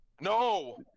No